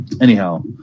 Anyhow